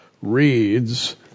reads